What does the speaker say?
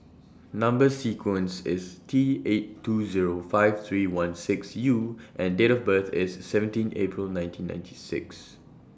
Number sequence IS T eight two Zero five three one six U and Date of birth IS seventeen April nineteen ninety six